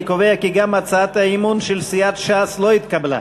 אני קובע כי גם הצעת האי-אמון של סיעת ש"ס לא התקבלה.